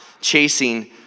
chasing